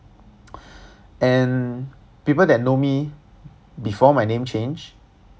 and people that know me before my name changed